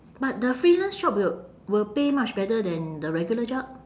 but the freelance shop will will pay much better than the regular job